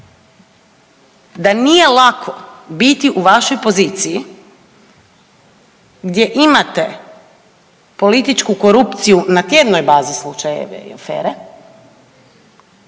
da nije lako biti u vašoj poziciji gdje imate političku korupciju na tjednoj bazi slučajeve i afere,